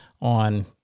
on